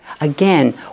Again